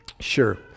Sure